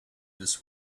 this